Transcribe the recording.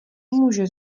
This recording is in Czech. může